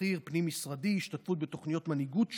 בכיר פנים-משרדי והשתתפות בתוכניות מנהיגות שונות.